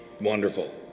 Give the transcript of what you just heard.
wonderful